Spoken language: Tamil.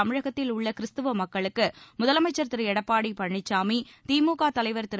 தமிழகத்தில் உள்ள கிறிஸ்தவ மக்களுக்கு முதலமைச்சர் திரு எடப்பாடி பழனிசாமி திமுக தலைவர் திரு